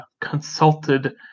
consulted